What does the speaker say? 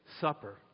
Supper